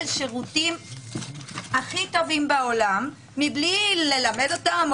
שירותים הכי טובים בעולם מבלי ללמד אותם,